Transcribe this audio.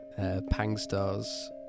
pangstar's